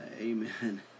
amen